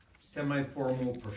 semi-formal